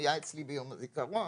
היה אצלי ביום הזיכרון,